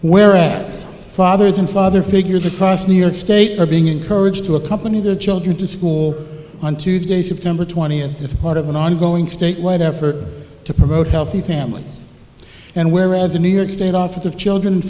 whereat fathers and father figures across new york state are being encouraged to accompany the children to school on tuesday september twentieth as part of an ongoing statewide effort to promote healthy families and whereas the new york state office of children and